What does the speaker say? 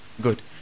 Good